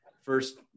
first